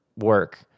work